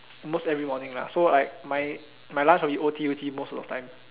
almost every morning lah so like my my lunch will be O_T_O_T most of the time